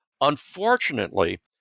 Unfortunately